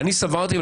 אני סברתי,